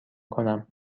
کنم